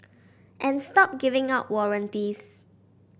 and stop giving out warranties